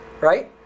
Right